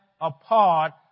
apart